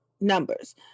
numbers